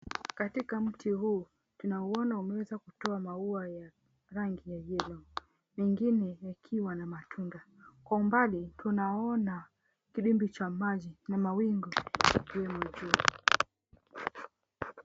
Katika mti huu tunauona umeweza kutoa maua ya rangi ya yellow. Mengine yakiwa na matunda. Kwa umbali tunaona kidimbwi cha maji na mawingu yakiwemo juu.